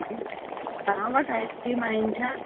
हा जी तव्हां वटि आइसक्रीम आहिनि छा